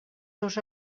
seus